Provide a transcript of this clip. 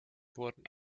wurden